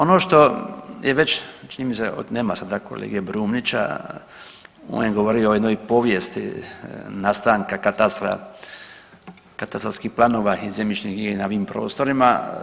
Ono što je već čini mi se, nema sada kolege Brumnića, on je govorio o jednoj povijesti nastanka katastra, katastarskih planova i zemljišnih knjiga na ovim prostorima.